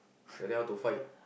like that how to fight